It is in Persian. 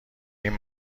این